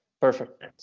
perfect